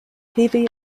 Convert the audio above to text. heavy